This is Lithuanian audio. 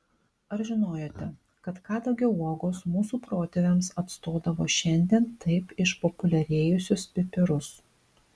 ar žinojote kad kadagio uogos mūsų protėviams atstodavo šiandien taip išpopuliarėjusius pipirus